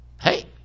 hey